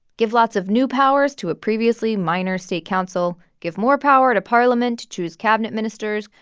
give lots of new powers to a previously minor state council. give more power to parliament to choose cabinet ministers.